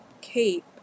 Cape